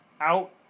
out